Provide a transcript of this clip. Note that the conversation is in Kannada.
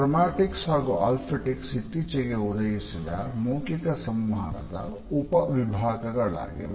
ಕ್ರೊಮ್ಯಾಟಿಕ್ಸ್ ಹಾಗೂ ಆಲ್ಫಟಿಕ್ಸ್ ಇತ್ತೀಚೆಗೆ ಉದಯಿಸಿದ ಅಮೌಖಿಕ ಸಂವಹನದ ಉಪವಿಭಾಗಗಳಾಗಿವೆ